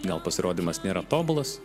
gal pasirodymas nėra tobulas